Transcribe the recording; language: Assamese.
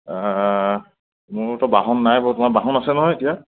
মোৰতো বাহন নাই বৰ্তমান বাহন আছে নহয় এতিয়া